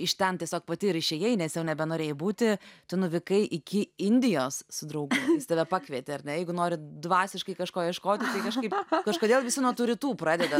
iš ten tiesiog pati ir išėjai nes jau nebenorėjai būti tu nuvykai iki indijos su draugais tave pakvietė ar ne jeigu norit dvasiškai kažko ieškot kažkaip kažkodėl visi nuo tų rytų pradeda